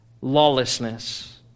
lawlessness